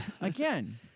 Again